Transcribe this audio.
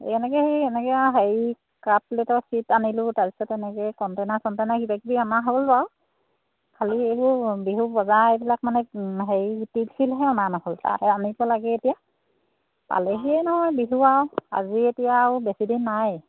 এই এনেকৈ সেই এনেকৈ হেৰি কাপ প্লেটৰ চেট আনিলোঁ তাৰপিছত এনেকৈ কণ্টেনাৰ চণ্টেনাৰ কিবা কিবি অনা হ'ল বাৰু খালি এইবোৰ বিহু বজাৰ এইবিলাক মানে হেৰি তিল চিলহে অনা নহ'ল তাকে আনিব লাগে এতিয়া পালেহিয়ে নহয় বিহু আৰু আজি এতিয়া আৰু বেছিদিন নাইয়ে